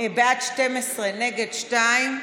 (הוראת שעה), התש"ף 2020,